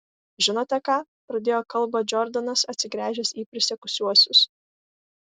žinote ką pradėjo kalbą džordanas atsigręžęs į prisiekusiuosius